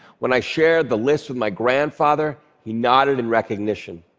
when i shared the list with my grandfather, he nodded in recognition.